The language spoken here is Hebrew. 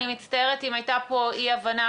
אני מצטערת אם הייתה פה אי הבנה,